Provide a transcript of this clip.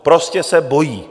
Prostě se bojí.